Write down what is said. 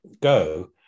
go